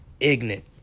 Ignite